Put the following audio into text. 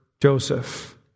Joseph